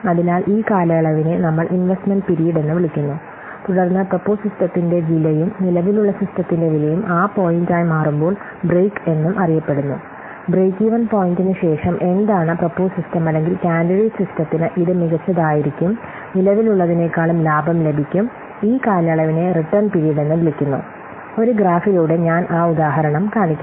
അതിനാൽ ഈ കാലയളവിനെ നമ്മൾ ഇൻവെസ്റ്റ്മെൻറ് പീരീഡ് എന്ന് വിളിക്കുന്നു തുടർന്ന് പ്രൊപ്പോസ് സിസ്റ്റത്തിന്റെ വിലയും നിലവിലുള്ള സിസ്റ്റത്തിന്റെ വിലയും ആ പോയിന്റായി മാറുമ്പോൾ ബ്രേക്ക് എന്നും അറിയപ്പെടുന്നു ബ്രേക്ക് ഈവൻ പോയിന്റിന് ശേഷം എന്താണ് പ്രൊപ്പോസ് സിസ്റ്റം അല്ലെങ്കിൽ കാൻഡിഡേറ്റ് സിസ്റ്റത്തിന് ഇത് മികച്ചതായിരിക്കും നിലവിലുള്ളതിനേക്കാളും ലാഭം ലഭിക്കും ഈ കാലയളവിനെ റിട്ടേൺ പിരീഡ് എന്ന് വിളിക്കുന്നു ഒരു ഗ്രാഫിലൂടെ ഞാൻ ആ ഉദാഹരണം കാണിക്കാം